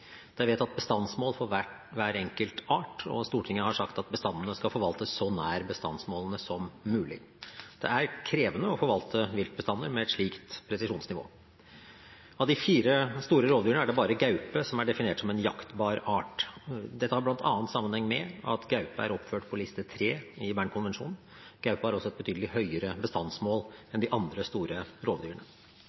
Det er vedtatt bestandsmål for hver enkelt art, og Stortinget har sagt at bestandene skal forvaltes så nær bestandsmålene som mulig. Det er krevende å forvalte viltbestander med et slikt presisjonsnivå. Av de fire store rovdyrene er det bare gaupe som er definert som en jaktbar art. Dette har bl.a. sammenheng med at gaupe er oppført på liste III i Bernkonvensjonen. Gaupe har også et betydelig høyere bestandsmål enn de andre store